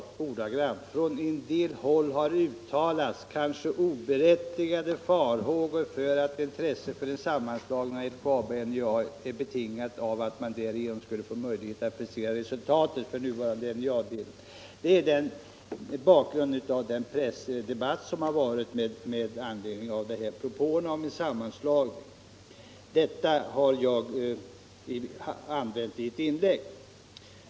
Det var ordagrant: ”Från en del håll har uttalats oberättigade farhågor för att intresset för en sammanslagning av LKAB och NJA är betingat av att man därigenom skulle få möjlighet att frisera resultatet för nuvarande NJA-delen.” — Det har jag sagt mot bakgrund av den pressdebatt som förts med anledning av propåerna om en sammanslagning. Men nog om detta.